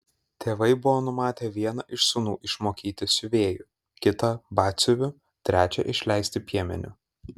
tėvai buvo numatę vieną iš sūnų išmokyti siuvėju kitą batsiuviu trečią išleisti piemeniu